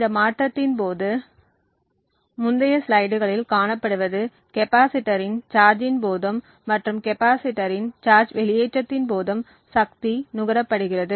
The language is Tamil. இந்த மாற்றத்தின் போது முந்தைய ஸ்லைடுகளில் காணப்படுவது கெப்பாசிட்டரின் சார்ஜ்ஜின் போதும் மற்றும் கெப்பாசிட்டரின் சார்ஜ் வெளியேற்றதின் போதும் சக்தி நுகரப்படுகிறது